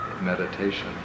meditation